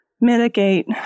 mitigate